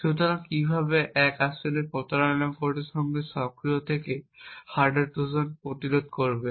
সুতরাং কিভাবে এক আসলে প্রতারণা কোড সঙ্গে সক্রিয় থেকে হার্ডওয়্যার ট্রোজান প্রতিরোধ করবে